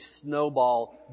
snowball